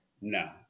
No